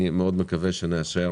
אני מקווה מאוד שנאשר